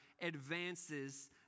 advances